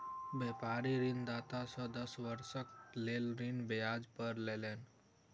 व्यापारी ऋणदाता से दस वर्षक लेल ऋण ब्याज पर लेलैन